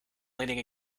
leaning